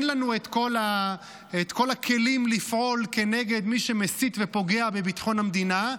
אין לנו את כל הכלים לפעול נגד מי שמסית ופוגע בביטחון המדינה,